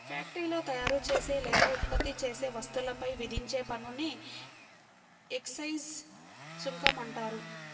ఫ్యాక్టరీలో తయారుచేసే లేదా ఉత్పత్తి చేసే వస్తువులపై విధించే పన్నుని ఎక్సైజ్ సుంకం అంటారు